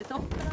ובתוך כך,